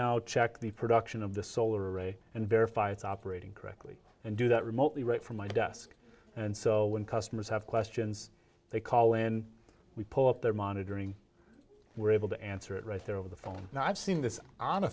now check the production of the solar array and verify it's operating correctly and do that remotely right from my desk and so when customers have questions they call when we pull up their monitoring we're able to answer it right there over the phone and i've seen this on a